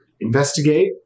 investigate